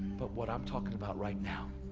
but what i'm talking about right now